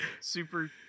super